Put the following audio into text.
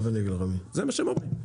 זה מה שהם אומרים.